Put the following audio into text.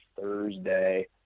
Thursday